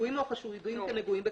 הנגועים או החשודים כנגועים בכלבת.